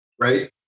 right